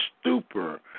stupor